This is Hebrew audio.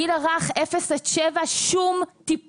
הגיל הרך, אפס עד שבע שום טיפול.